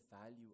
value